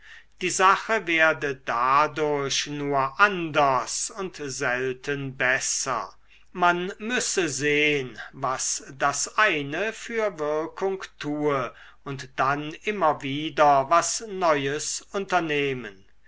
die sache werde dadurch nur anders und selten besser man müsse sehn was das eine für wirkung tue und dann immer wieder was neues unternehmen